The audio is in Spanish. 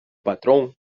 patrón